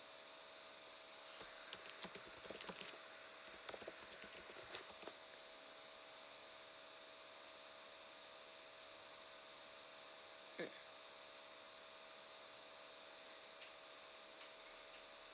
mm